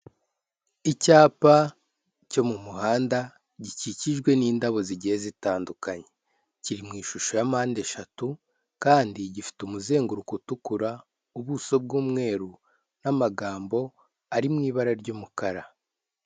Icyapa cyo mu muhanda gikikijwe n'indabo zigiye zitandukanye, kiri mu ishusho ya mpande eshatu, kandi gifite umuzenguruko utukura, ubuso bw'umweru n'amagambo ari mu ibara ry'umukara.